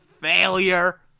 failure